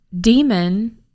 demon